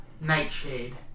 Nightshade